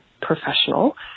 professional